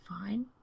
fine